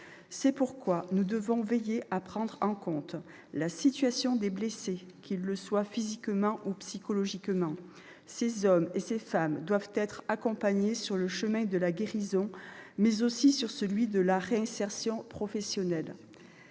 C'est pourquoi nous devons veiller à prendre en compte la situation des blessés, qu'ils le soient physiquement ou psychologiquement. Ces hommes et ces femmes doivent être accompagnés sur le chemin de la guérison, mais aussi sur celui de la réinsertion professionnelle.